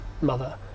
mother